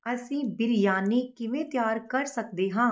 ਅਸੀਂ ਬਿਰਿਆਨੀ ਕਿਵੇਂ ਤਿਆਰ ਕਰ ਸਕਦੇ ਹਾਂ